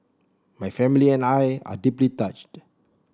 my family and I are deeply touched